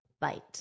bite